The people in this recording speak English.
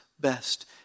best